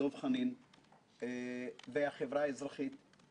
מנכ"ל הכנסת אלברט סחרוביץ וחברתי היקרה מזכירת הכנסת